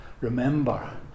remember